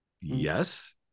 Yes